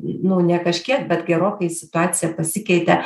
nu ne kažkiek bet gerokai situacija pasikeitė